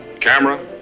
camera